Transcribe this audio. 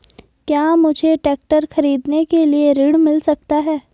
क्या मुझे ट्रैक्टर खरीदने के लिए ऋण मिल सकता है?